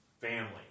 family